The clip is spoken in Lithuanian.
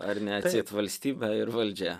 ar ne atseit valstybę ir valdžią